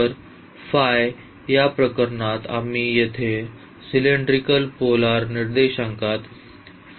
तर या प्रकरणात आम्ही येथे सिलेंड्रिकल पोलर निर्देशांक घेतो